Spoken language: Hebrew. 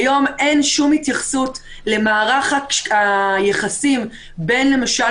כיום אין שום התייחסות למערך היחסים בין למשל